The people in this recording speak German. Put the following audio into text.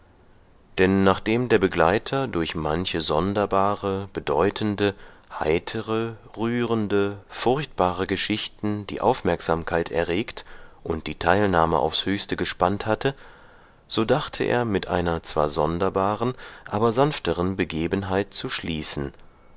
denn nachdem der begleiter durch manche sonderbare bedeutende heitere rührende furchtbare geschichten die aufmerksamkeit erregt und die teilnahme aufs höchste gespannt hatte so dachte er mit einer zwar sonderbaren aber sanfteren begebenheit zu schließen